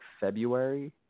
february